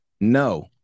No